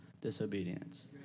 disobedience